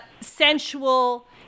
sensual